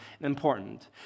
important